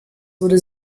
würde